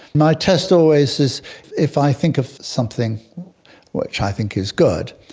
my test always is if i think of something which i think is good,